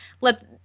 let